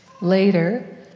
Later